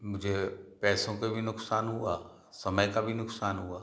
मुझे पैसों के भी नुकसान हुआ समय का भी नुकसान हुआ